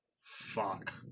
fuck